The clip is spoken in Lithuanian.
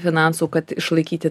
finansų kad išlaikyti